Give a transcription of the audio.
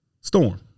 Storm